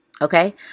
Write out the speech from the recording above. okay